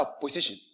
position